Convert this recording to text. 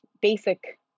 basic